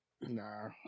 Nah